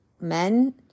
men